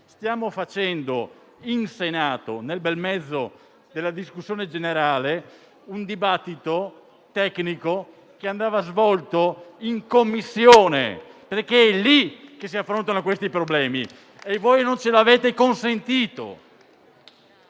Stiamo facendo in Senato, nel bel mezzo della discussione generale, un dibattito tecnico che andava svolto in Commissione, perché è in quella sede che si affrontano questi problemi, ma voi non ce l'avete consentito.